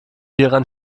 hieran